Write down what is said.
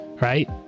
right